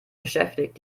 beschäftigt